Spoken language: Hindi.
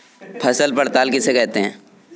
फसल पड़ताल किसे कहते हैं?